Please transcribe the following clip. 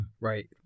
Right